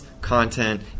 content